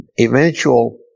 eventual